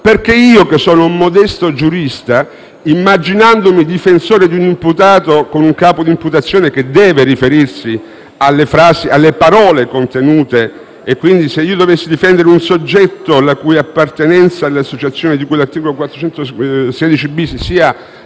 Infatti io, che sono un modesto giurista, immaginandomi difensore di un imputato con un capo di imputazione che deve riferirsi alle parole contenute nella norma, se dovessi difendere un soggetto la cui appartenenza all'associazione di cui all'articolo 416-*bis* sia